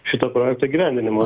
šito projekto įgyvendinimo